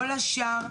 כל השאר,